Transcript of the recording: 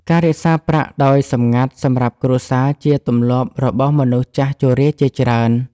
ការរក្សាប្រាក់ដោយសម្ងាត់សម្រាប់គ្រួសារជាទម្លាប់របស់មនុស្សចាស់ជរាជាច្រើន។